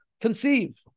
conceive